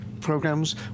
programs